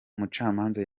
umucamanza